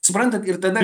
suprantat ir tada